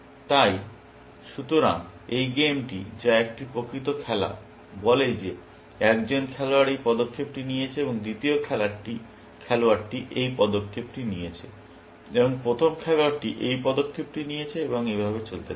তাই সুতরাং এই গেমটি যা এটি একটি প্রকৃত খেলা বলে যে একজন খেলোয়াড় এই পদক্ষেপটি নিয়েছে এবং দ্বিতীয় খেলোয়াড়টি এই পদক্ষেপটি নিয়েছে এবং প্রথম খেলোয়াড়টি এই পদক্ষেপটি নিয়েছে এবং এভাবে চলতে থাকে